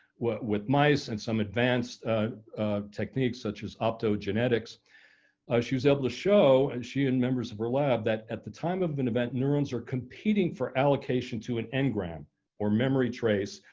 what with mice and some advanced techniques such as updo genetics. danielschacter ah she was able to show and she and members of her lab that at the time of an event neurons are competing for allocation to an n gram or memory trace,